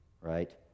right